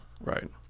Right